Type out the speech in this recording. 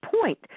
point